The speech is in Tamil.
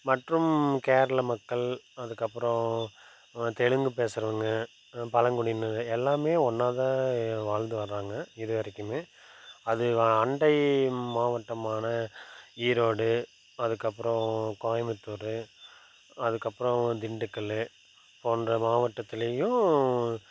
மற்றும் கேரள மக்கள் அதுக்கப்புறம் தெலுங்கு பேசுகிறவங்க பழங்குடியினர் எல்லாமே ஒன்றாதான் வாழ்ந்து வர்றாங்க இதுவரைக்குமே அது அண்டை மாவட்டமான ஈரோடு அதுக்கப்புறம் கோயம்பத்தூர் அதுக்கப்புறம் திண்டுக்கல் போன்ற மாவட்டத்திலையும்